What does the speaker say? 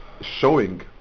showing